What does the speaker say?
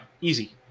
easy